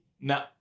No